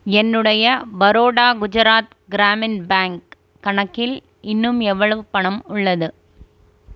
என்னுடைய பரோடா குஜராத் கிராமின் பேங்க் கணக்கில் இன்னும் எவ்வளவு பணம் உள்ளது